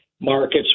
markets